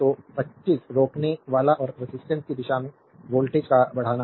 तो 25 रोकनेवाला और रेजिस्टेंस की दिशा में वोल्टेज का बढ़ना